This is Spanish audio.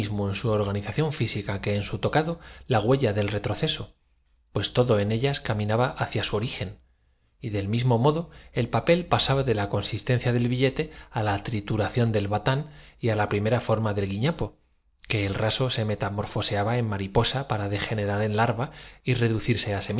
su organización física que en su tocado la el rostro con las manos que el pudor es algo inhe huella del retroceso pues todo en ellas caminaba ha rente á la hermosa mitad de la especie humana y cia su origen y del mismo modo el papel pasaba de prorrumpieron en tan desaforados gritos que don la consistencia del billete á la trituración del batán y sindulfo y benjamín dejando aquel sus apuntes y éste á la primera forma de guiñapo que el raso se meta sus clasificaciones corrieron en averiguación del albo morfoseaba en mariposa para degenerar en larva y roto reducirse á